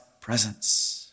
presence